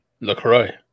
LaCroix